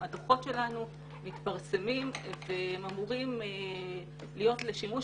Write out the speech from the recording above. הדוחות שלנו מתפרסמים והם אמורים להיות לשימוש